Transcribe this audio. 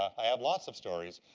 i have lots of stories.